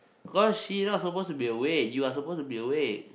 cause she not suppose to be awake you are suppose to be awake